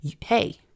Hey